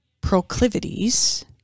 proclivities